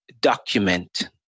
document